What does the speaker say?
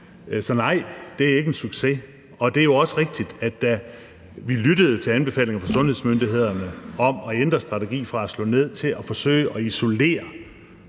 Så nej, det er ikke en succes. Og det er også rigtigt, at da vi lyttede til anbefalingerne fra sundhedsmyndighederne om at ændre strategien fra at slå ned til at forsøge at isolere